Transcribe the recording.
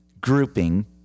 grouping